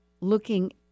looking